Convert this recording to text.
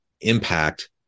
impact